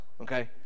okay